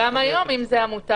גם היום אם זה המוטב,